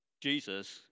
Jesus